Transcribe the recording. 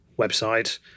website